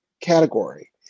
category